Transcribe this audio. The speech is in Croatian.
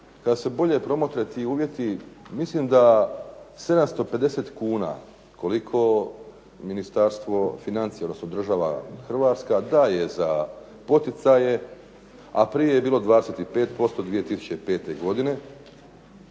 kad se bolje promotre ti uvjeti mislim da 750 kuna koliko Ministarstvo financija, odnosno država Hrvatska daje za poticaje, a prije je bilo 25% 2005. godine